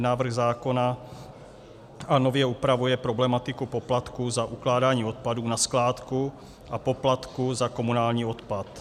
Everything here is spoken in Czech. návrh zákona nově upravuje problematiku poplatků za ukládání odpadů na skládku a poplatku za komunální odpad.